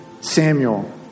Samuel